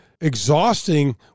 exhausting